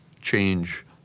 change